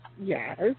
Yes